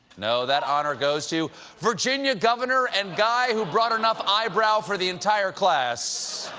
no, that honor goes to virginia governor and guy who brought enough eyebrow for the entire class,